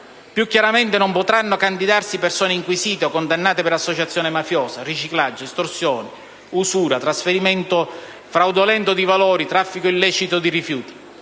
Più chiaramente, non potranno candidarsi persone inquisite o condannate per associazione mafiosa, riciclaggio, estorsione, usura, trasferimento fraudolento di valori, traffico illecito di rifiuti.